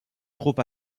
trop